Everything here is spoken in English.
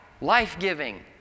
life-giving